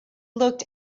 looked